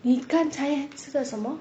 一刚才吃了什么